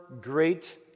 great